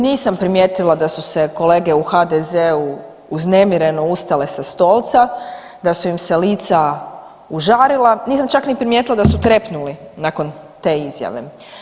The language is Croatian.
Nisam primijetila da su se kolege u HDZ-u uznemireno ostale sa stolca, da su im se lica užarila, nisam čak ni primijetila da su trepnuli nakon te izjave.